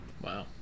Wow